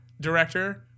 director